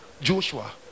Joshua